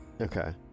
Okay